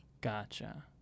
Gotcha